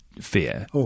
fear